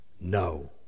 No